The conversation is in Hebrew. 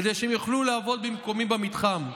כדי שהם יוכלו לעבוד במקומי במתחם.